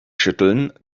schütteln